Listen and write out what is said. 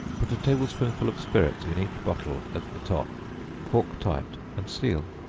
put a table-spoonful of spirits in each bottle at the top cork tight, and seal.